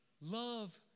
Love